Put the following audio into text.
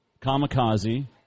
Kamikaze